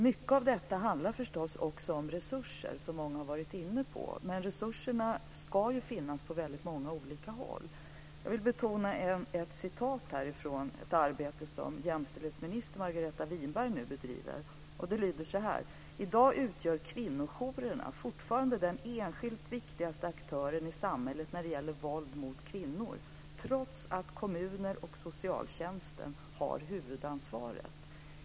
Mycket av detta handlar förstås också om resurser, vilket många har varit inne på. Men dessa resurser ska finnas på väldigt många olika håll. Jag vill här citera några ord ur en skrift från ett arbete som jämställdhetsminister Margareta Winberg nu bedriver: "Idag utgör kvinnojourerna fortfarande den enskilt viktigaste aktören i samhället när det gäller våld mot kvinnor - trots att kommuner och socialtjänsten har huvudansvaret."